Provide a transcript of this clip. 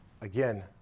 Again